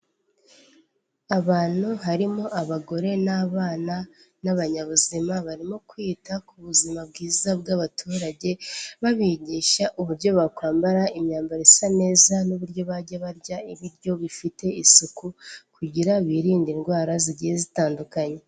Abantu harimo abagore n'abana n'abanyabuzima, barimo kwita ku buzima bwiza bw'abaturage babigisha uburyo bakwambara imyambaro isa neza n'uburyo bajya barya ibiryo bifite isuku, kugira birinde indwara zigiye zitandukanye.